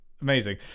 Amazing